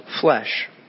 flesh